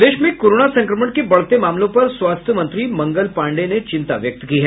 प्रदेश में कोरोना संक्रमण के बढ़ते मामलों पर स्वास्थ्य मंत्री मंगल पांडेय ने चिंता व्यक्त की है